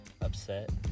upset